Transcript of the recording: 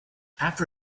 after